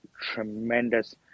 tremendous